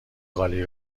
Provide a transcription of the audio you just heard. قالی